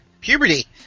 puberty